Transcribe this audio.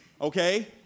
Okay